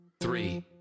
three